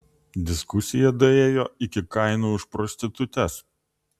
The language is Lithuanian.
diskusija daėjo iki kainų už prostitutes